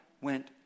went